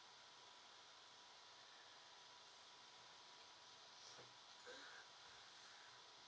ugh